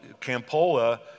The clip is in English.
Campola